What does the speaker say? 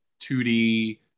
2D